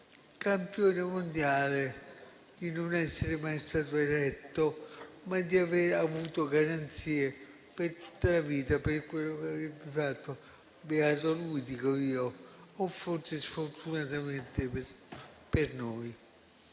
campione mondiale di non essere mai stato eletto, ma di aver avuto garanzie per tutta la vita per quello che avrebbe fatto. Beato lui, dico io, o forse sfortunatamente questo